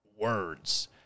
words